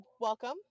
welcome